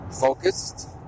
focused